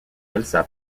elsa